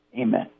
Amen